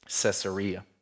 Caesarea